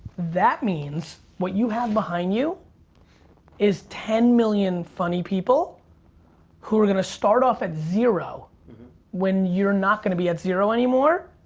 that means what you have behind you is ten million funny people who are gonna start off at zero when you're not gonna be at zero anymore.